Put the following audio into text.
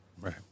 Right